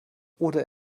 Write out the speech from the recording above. oder